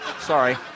sorry